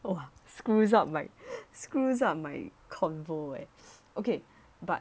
!wah! screws up like screws up my convo eh okay but